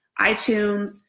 iTunes